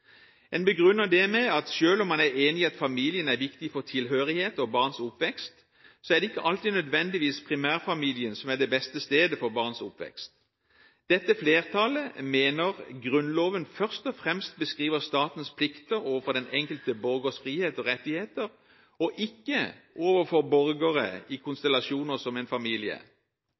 En begrunner det med at selv om man er enig i at familien er viktig for tilhørighet og barns oppvekst, er det ikke alltid nødvendigvis primærfamilien som er det beste stedet for barns oppvekst. Dette flertallet mener Grunnloven først og fremst beskriver statens plikter overfor den enkelte borgers frihet og rettigheter og ikke overfor borgere i konstellasjoner som en familie.